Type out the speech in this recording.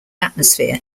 atmosphere